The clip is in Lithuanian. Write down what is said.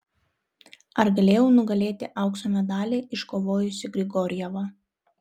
ar galėjau nugalėti aukso medalį iškovojusį grigorjevą